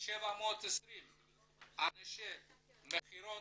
720 אנשי מכירות,